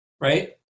Right